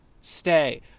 Stay